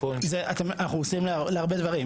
אנחנו עושים להרבה דברים.